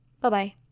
bye-bye